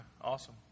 awesome